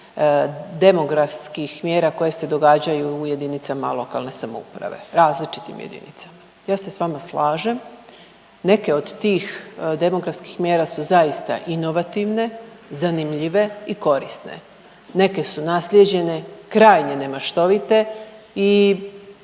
demografskih mjer4a koje se događaju u jedinicama lokalne samouprave, različitim jedinicama. Ja se s vama slažem. Neke od tih demografskih mjera su zaista inovativne, zanimljive i korisne. Neke su naslijeđene krajnje nemaštovite i